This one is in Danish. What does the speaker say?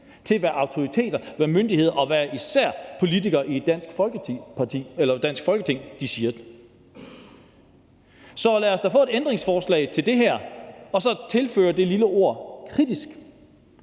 til, hvad autoriteter, hvad myndigheder, og hvad især politikere i et dansk Folketing siger. Så lad os da få et ændringsforslag til det her og så tilføje det lille ord kritisk.